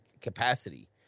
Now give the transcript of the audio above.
capacity